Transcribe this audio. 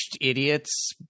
idiots